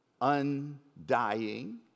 undying